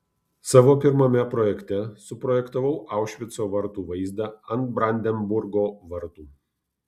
savo pirmame projekte suprojektavau aušvico vartų vaizdą ant brandenburgo vartų